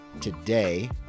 today